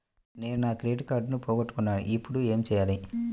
నేను నా క్రెడిట్ కార్డును పోగొట్టుకున్నాను ఇపుడు ఏం చేయాలి?